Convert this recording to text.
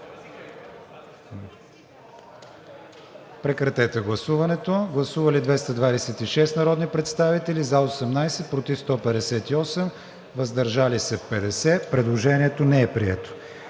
режим на гласуване. Гласували 214 народни представители: за 14, против 153, въздържали се 47. Предложението не е прието.